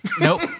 Nope